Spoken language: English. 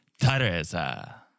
Teresa